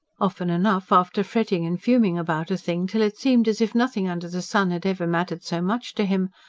often enough after fretting and fuming about a thing till it seemed as if nothing under the sun had ever mattered so much to him,